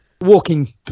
walking